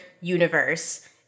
universe